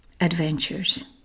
adventures